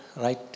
right